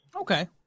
Okay